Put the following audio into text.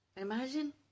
Imagine